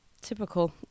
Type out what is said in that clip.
typical